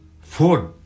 food